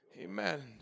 Amen